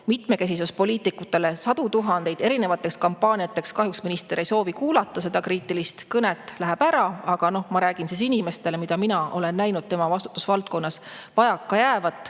mitmekesisuspoliitikale sadu tuhandeid erinevateks kampaaniateks. Kahjuks minister ei soovi kuulata seda kriitilist kõnet, läheb ära, aga noh, ma räägin siis inimestele, mida mina olen näinud tema vastutusvaldkonnas vajaka jäävat.